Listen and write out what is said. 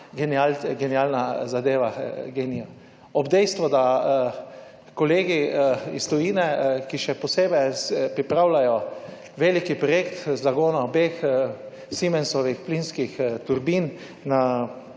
genialna zadeva Gen-i. Ob dejstvu, da kolegi iz tujine, ki še posebej pripravljajo veliki projekt z zagona obeh Siemensovih plinskih turbin v